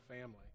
family